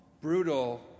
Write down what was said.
brutal